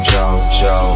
JoJo